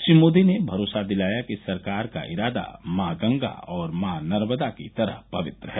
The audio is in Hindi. श्री मोदी ने भरोसा दिलाया कि सरकार का इरादा मॉ गंगा और मॉ नर्मदा की तरह पवित्र है